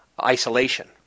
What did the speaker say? isolation